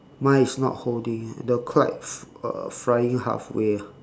mine is not holding eh the kite f~ uh flying half way